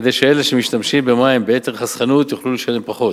כדי שאלה שמשתמשים במים ביתר חסכנות יוכלו לשלם פחות.